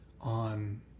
on